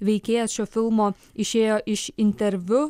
veikėjas šio filmo išėjo iš interviu